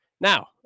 Now